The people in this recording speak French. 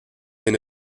mais